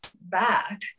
back